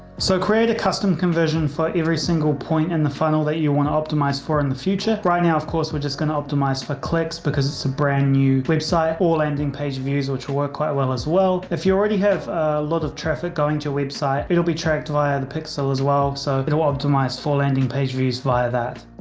so create a custom conversion for every single point in and the funnel that you want to optimize for in the future. right now, of course, we're just going to optimize for clicks because it's a brand new web site, all ending page views or to work quite well as well if you already have a lot of traffic going to a web site. it'll be tracked via the pixel as well. so it'll optimize for landing page views via that.